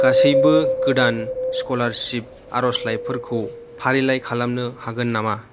गासैबो गोदान स्कलारसिप आर'जलाइफोरखौ फारिलाइ खालामनो हागोन नामा